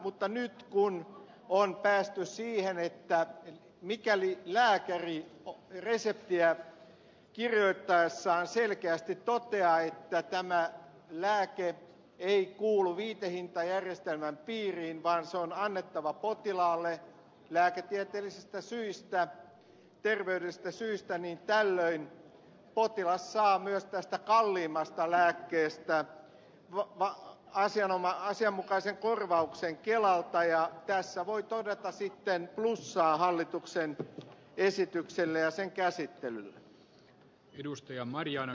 mutta nyt kun on päästy siihen että mikäli lääkäri reseptiä kirjoittaessaan selkeästi toteaa että lääke ei kuulu viitehintajärjestelmän piiriin vaan se on annettava potilaalle lääketieteellisistä syistä ilman vaihtoa terveydellisistä syistä niin tällöin potilas saa myös tämän kalliimman lääkkeen kokonaishinnasta korvauksen kelalta ja tässä voi todeta sitten positiivista plussaa hallituksen esitykselle ja sen käsittelylle